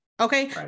okay